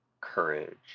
courage